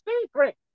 secret